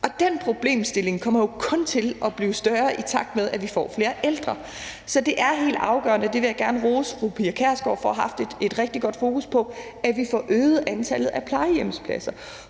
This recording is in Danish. Den problemstilling kommer jo kun til at blive større, i takt med at vi får flere ældre. Så det er helt afgørende – og det vil jeg gerne rose fru Pia Kjærsgaard for at have haft et rigtig godt fokus på – at vi får øget antallet af plejehjemspladser